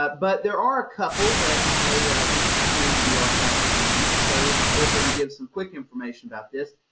but but there are a couple that you may want to come into the archives to use, so i'll go ahead and give some quick information about this.